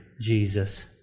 Jesus